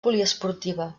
poliesportiva